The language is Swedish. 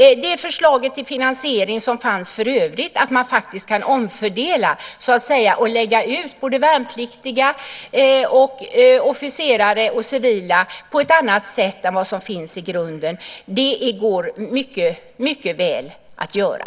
Det förslag till finansiering som fanns för övrigt, att man faktiskt kan omfördela och lägga ut värnpliktiga, officerare och civila på ett annat sätt än vad som finns i grunden, går mycket väl att göra.